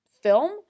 film